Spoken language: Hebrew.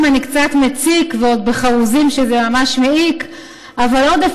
אם אני קצת מציק / (ועוד בחרוזים שזה ממש מעיק) / אבל עודף